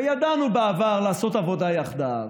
וידענו בעבר לעשות עבודה יחדיו,